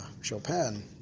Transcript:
Chopin